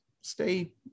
stay